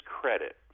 credit